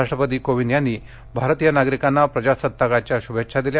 राष्ट्रपती कोविंद यांनी भारतीय नागरिकांना प्रजासत्ताकाच्या शूभेच्छा दिल्या